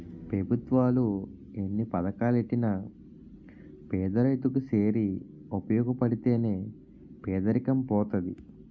పెభుత్వాలు ఎన్ని పథకాలెట్టినా పేదరైతు కి సేరి ఉపయోగపడితే నే పేదరికం పోతది